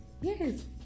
yes